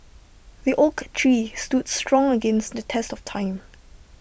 the oak tree stood strong against the test of time